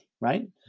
right